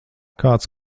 kāds